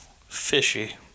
fishy